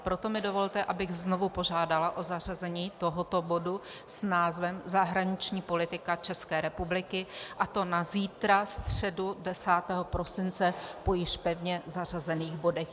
Proto mi dovolte, abych znovu požádala o zařazení tohoto bodu s názvem Zahraniční politika České republiky, a to na zítra, středu 10. prosince, po již pevně zařazených bodech.